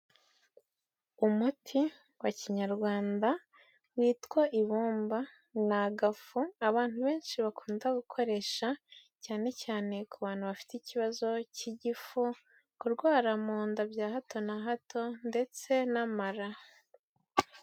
Umuti wa kinyarwanda witwa ibumba ni agafu abantu benshi bakunda gukoresha cyane cyane ku bantu bafite ikibazo cy'igifu, kurwara mu nda bya hato na hato ndetse n'amara.